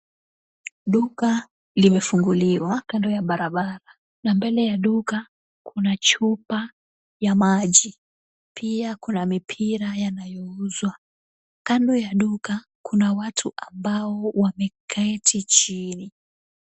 Duka limefunguliwa kando ya barabara. Na mbele ya duka, kuna chupa ya maji pia kuna mipira yanayouzwa. Kando ya duka kuna watu ambao wameketi chini.